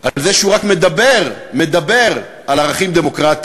על זה שהוא רק מדבר, מדבר, על ערכים דמוקרטיים.